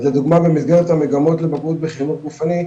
אז לדוגמא במסגרת המגמות לבגרות בחינוך גופני,